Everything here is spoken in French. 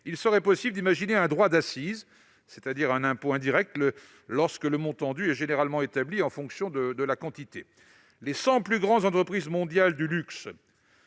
il serait possible d'imaginer un droit d'accise, c'est-à-dire un impôt indirect où le montant dû est généralement établi en fonction de la quantité. Les cent plus grandes entreprises mondiales de luxe